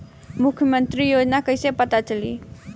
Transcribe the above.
मुख्यमंत्री योजना कइसे पता चली?